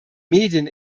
medien